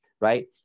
right